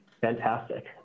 fantastic